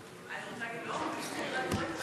נחמיאס ורבין לסעיף 23 לא נתקבלה.